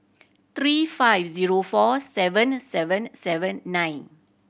three five zero four seven seven seven nine